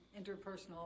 interpersonal